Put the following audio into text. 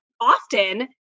often